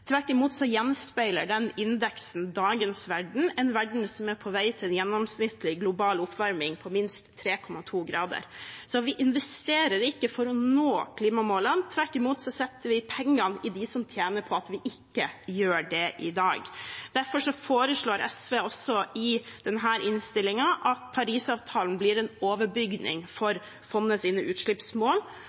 Tvert imot gjenspeiler den indeksen dagens verden, en verden som er på vei til en gjennomsnittlig global oppvarming på minst 3,2 grader. Så vi investerer ikke for å nå klimamålene, tvert imot setter vi pengene i dem som tjener på at vi ikke gjør det i dag. Derfor foreslår SV også i denne innstillingen at Parisavtalen blir en overbygning for fondets utslippsmål,